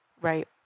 right